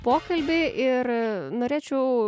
pokalbį ir norėčiau